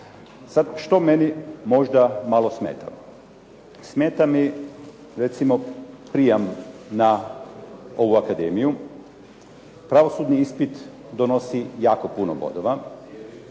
Sad što meni možda malo smeta? Smeta mi recimo prijam na ovu akademiju. Pravosudni ispit donosi jako puno bodova,